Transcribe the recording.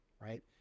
Right